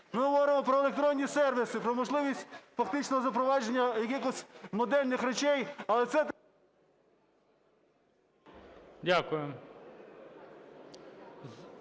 Ми говоримо про електронні сервіси, про можливість фактичного запровадження якихось модельних речей, але